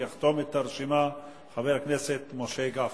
ויחתום את הרשימה חבר הכנסת משה גפני.